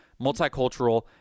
multicultural